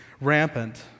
rampant